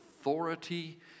authority